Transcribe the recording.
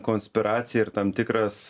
konspiracija ir tam tikras